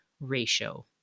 ratio